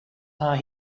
are